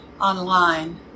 online